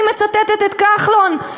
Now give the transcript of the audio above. אני מצטטת את כחלון,